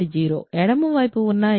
ఎడమ వైపున ఉన్న ఇమాజినరీ పార్ట్స్ ac bd